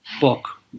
book